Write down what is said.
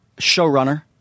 showrunner